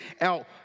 out